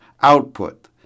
output